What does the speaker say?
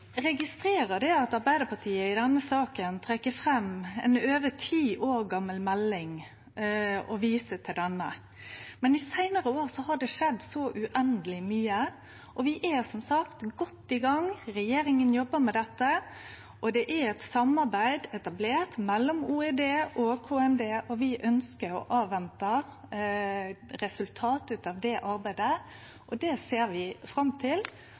registrerer at Arbeidarpartiet i denne saka trekkjer fram ei over ti år gamal melding og viser til ho. Men i dei seinare åra har det skjedd uendeleg mykje, og vi er godt i gang; regjeringa jobbar med dette. Det er etablert eit samarbeid mellom OED og KMD. Vi ønskjer å vente på resultatet av det arbeidet, og vi ser fram til